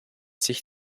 sich